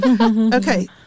Okay